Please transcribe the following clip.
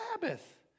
Sabbath